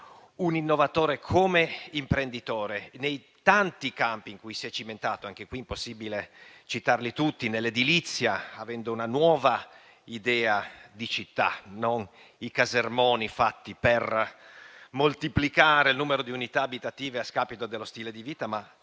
un innovatore come imprenditore nei tanti campi in cui si è cimentato ed è impossibile citarli tutti. Nell'edilizia aveva una nuova idea di città: non i casermoni fatti per moltiplicare il numero di unità abitative a scapito dello stile di vita, ma